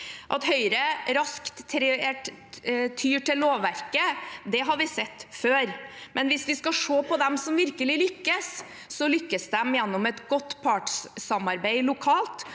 At Høyre raskt tyr til lovverket, har vi sett før, men hvis vi ser på dem som virkelig lykkes, lykkes de gjennom et godt partssamarbeid lokalt.